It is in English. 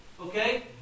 Okay